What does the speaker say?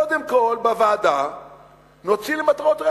קודם כול בוועדה נוציא את למטרות רווח.